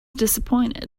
disappointed